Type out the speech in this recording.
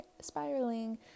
spiraling